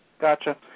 Gotcha